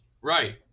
Right